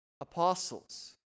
apostles